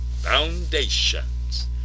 Foundations